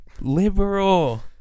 liberal